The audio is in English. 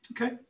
Okay